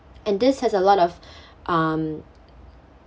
and this has a lot of um